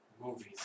Movies